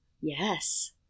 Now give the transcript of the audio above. Yes